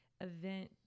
event